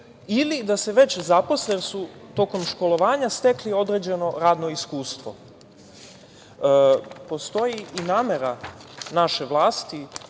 ili da se već zaposle jer su tokom školovanja stekli određeno radno iskustvo. Postoji i namera naše vlasti,